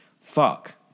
fuck